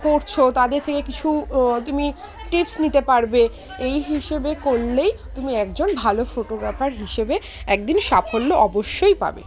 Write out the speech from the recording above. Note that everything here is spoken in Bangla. করছ তাদের থেকে কিছু তুমি টিপস নিতে পারবে এই হিসেবে করলেই তুমি একজন ভালো ফটোগ্রাফার হিসেবে একদিন সাফল্য অবশ্যই পাবে